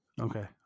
Okay